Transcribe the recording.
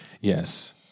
Yes